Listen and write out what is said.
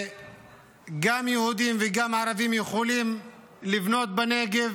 גם יהודים וגם ערבים יכולים לבנות בנגב